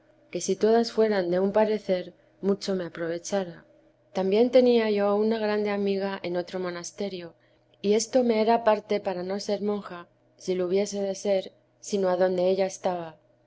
que si todas fueran de un parecer mucho me aprovechara también tenía yo una grande amiga en otro monasterio y esto me era parte para no ser monja si lo hubiese de ser sino adonde ella estaba